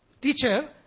teacher